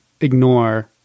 ignore